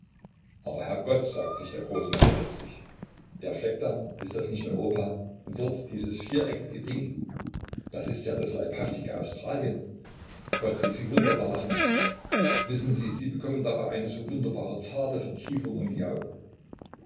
aber herr gott sagt sich der große mann plötzlich der fleck da ist das nicht europa und dort dieses viereckige ding das ist ja das leibhaftige australien gott wie sie wunderbar lachen wissen sie sie bekommen dabei eine so wunderbare zarte vertiefung um die augen